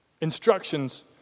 instructions